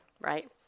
right